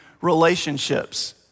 relationships